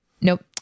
nope